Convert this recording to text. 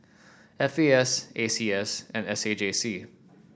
F A S A C S and S A J C